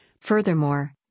Furthermore